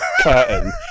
curtain